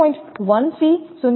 1 C 0